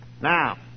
Now